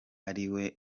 ariwe